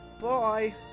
bye